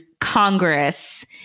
Congress